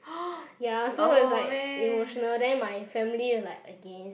ya so is like emotional then my family was like against